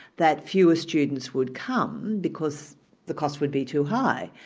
that fewer students would come, because the cost would be too high.